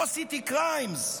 atrocity crimes.